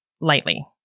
lightly